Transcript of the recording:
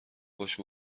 خوش